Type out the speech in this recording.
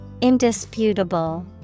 Indisputable